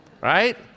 right